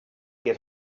get